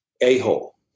a-hole